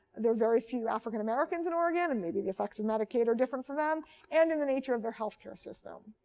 there are very few african americans in oregon and maybe the effects of medicaid are different for them and and the nature of their health care system.